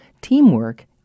teamwork